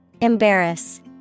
Embarrass